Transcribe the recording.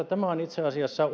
tämä on itse asiassa